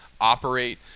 operate